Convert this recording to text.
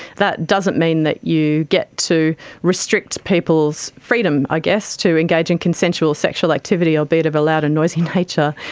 that doesn't mean that you get to restrict people's freedom i guess to engage in consensual sexual activity, albeit of a loud and noisy nature,